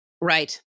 Right